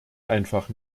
einfach